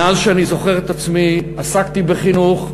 מאז אני זוכר את עצמי עסקתי בחינוך,